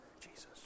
Jesus